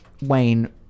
wayne